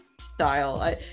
style